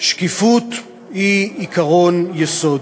שקיפות היא עקרון יסוד,